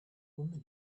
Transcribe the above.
woman